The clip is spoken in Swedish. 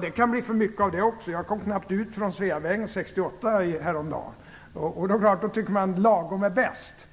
Det kan bli för mycket journalister också. Jag kom knappt ut från Sveavägen 68 häromdagen. Då tycker man att lagom är bäst.